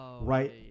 right